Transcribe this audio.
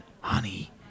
honey